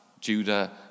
judah